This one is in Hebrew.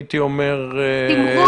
הייתי אומר,